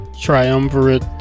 triumvirate